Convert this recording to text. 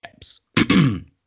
apps